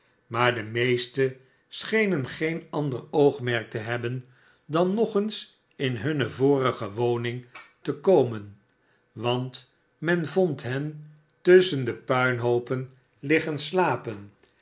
maar de meesten schenen geen ander oogmerk te hebben dan nog eens in hunne vorige woning te komen want men vond hen tusschen de puinhoopen mggen slapen